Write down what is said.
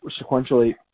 sequentially